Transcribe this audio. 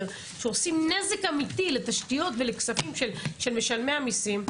שעושים נזק אמיתי לתשתיות ולכספים של משלמי המיסים,